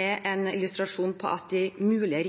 er en illustrasjon på at de mulige